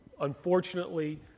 unfortunately